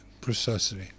Precisely